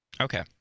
Okay